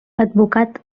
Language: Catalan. advocat